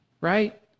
right